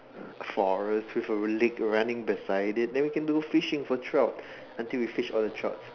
a forest with a lake running beside it then we can do fishing for trout until we fish all the trout